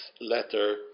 letter